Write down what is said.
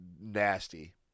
nasty